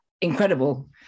incredible